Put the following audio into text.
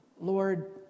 Lord